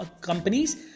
companies